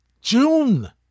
June